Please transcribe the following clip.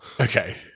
Okay